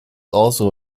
also